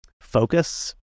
focus